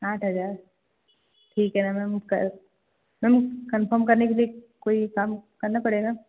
आठ हजार ठीक है न मैम कल मैम कन्फ़र्म करने के लिए कोई काम करना पड़ेगा